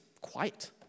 quiet